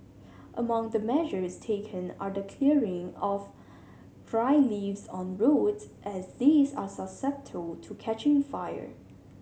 among the measures taken are the clearing of dry leaves on roads as these are susceptible to catching fire